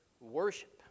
worship